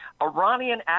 Iranian